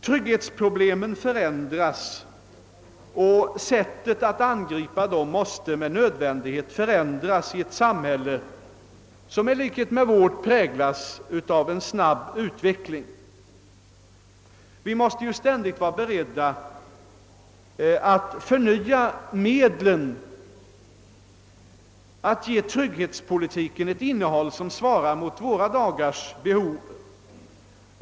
Trygghetsproblemen förändras, och även sättet att angripa dem måste med nödvändighet förändras i ett samhälle som vårt, vilket präglas av snabb utveckling. Vi måste vara beredda att ständigt förnya medlen och ge trygghetspolitiken ett innehåll som svarar mot medborgarnas behov.